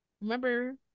Remember